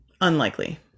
Unlikely